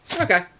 Okay